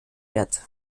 wird